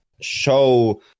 show